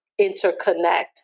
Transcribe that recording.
interconnect